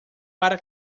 para